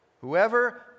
Whoever